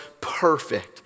perfect